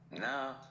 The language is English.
No